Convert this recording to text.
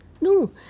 No